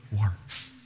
works